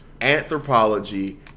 Anthropology